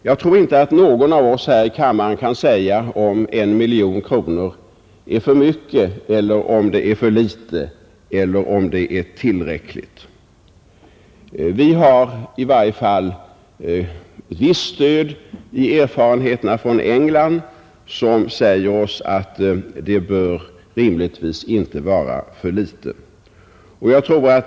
Jag tror inte att någon av oss här i kammaren kan säga om 1 miljon kronor är för mycket eller för litet eller om det är tillräckligt. Vi har i varje fall visst stöd i erfarenheterna från England som säger oss att det rimligtvis inte bör vara ett för litet belopp.